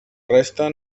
resten